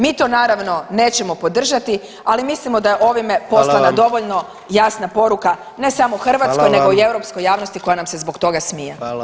Mi to naravno nećemo podržati, ali mislimo da je ovime [[Upadica predsjednik: Hvala vam.]] poslana dovoljno jasna poruka ne samo Hrvatskoj [[Upadica predsjednik: Hvala vam.]] nego i europskoj javnosti koja nam se zbog toga smije.